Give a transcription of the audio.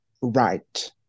right